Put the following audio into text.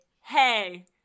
hey